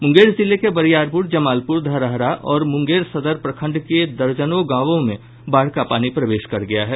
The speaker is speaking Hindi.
मुंगेर जिले के बरियारपूर जमालपूर धरहरा और मंगेर सदर प्रखंड के दर्जनों गांव में बाढ़ का पानी प्रवेश कर गया है